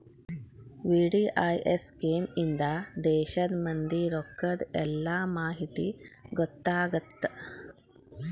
VDIS scheme ಇಂದಾ ದೇಶದ್ ಮಂದಿ ರೊಕ್ಕದ್ ಎಲ್ಲಾ ಮಾಹಿತಿ ಗೊತ್ತಾಗತ್ತ